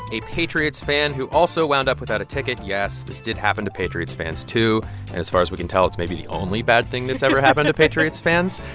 a patriots fan who also wound up without a ticket. yes, this did happen to patriots fans too. too. and as far as we can tell, it's maybe the only bad thing that's ever happened to patriots fans.